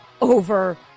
over